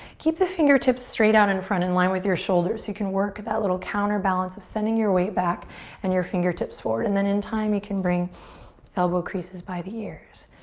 keep the fingertips straight out in front, in line with your shoulders. you can work that little counterbalance of sending your weight back and your fingertips forward. and then in time you can bring elbow creases by the ears.